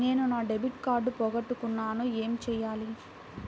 నేను నా debit card పోగొట్టుకున్నాను ఏమి చేయాలి?